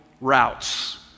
routes